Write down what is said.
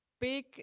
big